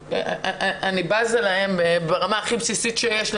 אני בזה להם באמה הכי בסיסית שיש.